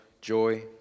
joy